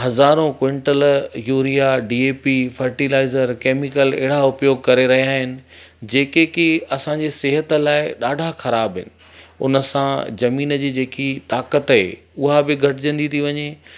हज़ारों quintal urea D P fertilizer chemical अहिड़ा उपयोग करे रहिया अहिनि जेके की असांजे सिहत लाइ ॾाढा ख़राबु आहिनि उन सां ज़मीन जी जेकी ताक़त आहे उहा बि घटिजंदी थी वञे